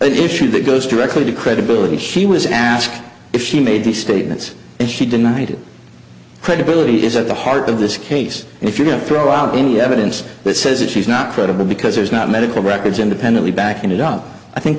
admission that goes directly to credibility he was asked if she made the statements and she denied it credibility is at the heart of this case and if you're going to throw out any evidence that says that she's not credible because there's not medical records independently backing it up i think